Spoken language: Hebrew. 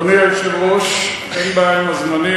אדוני היושב-ראש, אין בעיה עם הזמנים.